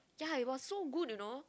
ya it was so good you know